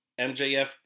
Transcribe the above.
MJF